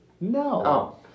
No